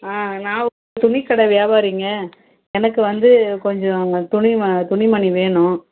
ஆ நான் ஒரு துணி கடை வியாபாரிங்க எனக்கு வந்து கொஞ்சம் துணி ம துணிமணி வேணும்